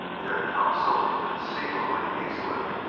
it had come so inconceivably easily,